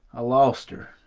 i lost her.